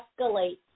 escalate